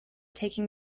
taking